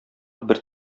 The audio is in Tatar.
бер